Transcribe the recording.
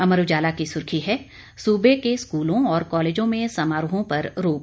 अमर उजाला की सुर्खी है सूबे के स्कूलों और कॉलेजों में समारोहों पर रोक